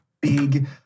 big